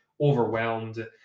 overwhelmed